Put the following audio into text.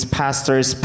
pastors